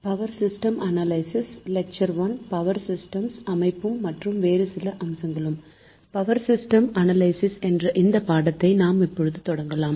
power system analysis என்ற இந்த பாடத்தை நாம் இப்போது தொடங்கலாம்